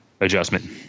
adjustment